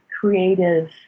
creative